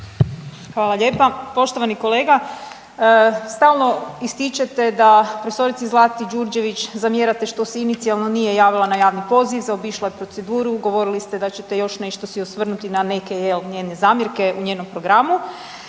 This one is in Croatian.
Hvala lijepa. Poštovani kolega, stalno ističete da prof. Zlati Đurđević zamjerate što se inicijalno nije javila na javni poziv, zaobišla je proceduru, govorili ste da ćete još nešto se osvrnuti na neke jel njene zamjerke u njenom programu.